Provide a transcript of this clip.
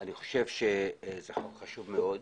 ואני חושב שזה חוק חשוב מאוד.